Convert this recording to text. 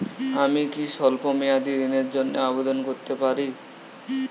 আমি কি স্বল্প মেয়াদি ঋণের জন্যে আবেদন করতে পারি?